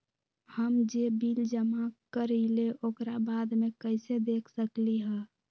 हम जे बिल जमा करईले ओकरा बाद में कैसे देख सकलि ह?